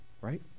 right